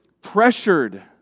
pressured